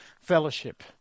fellowship